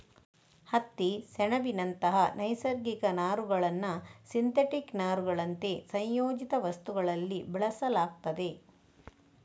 ಹತ್ತಿ, ಸೆಣಬಿನಂತ ನೈಸರ್ಗಿಕ ನಾರುಗಳನ್ನ ಸಿಂಥೆಟಿಕ್ ನಾರುಗಳಂತೆ ಸಂಯೋಜಿತ ವಸ್ತುಗಳಲ್ಲಿ ಬಳಸಲಾಗ್ತದೆ